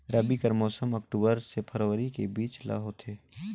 रबी कर मौसम अक्टूबर से फरवरी के बीच ल होथे